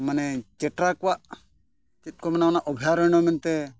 ᱢᱟᱱᱮ ᱪᱮᱴᱨᱟ ᱠᱚᱣᱟᱜ ᱪᱮᱫ ᱠᱚ ᱢᱮᱱᱟ ᱚᱱᱟ ᱚᱵᱷᱚᱨᱟᱭᱚᱱᱱᱚ ᱢᱮᱱᱛᱮ